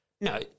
No